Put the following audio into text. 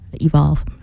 evolve